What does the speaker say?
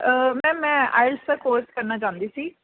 ma'am ਮੈਂ IELTS ਦਾ course ਕਰਨਾ ਚਾਹੁੰਦੀ ਸੀ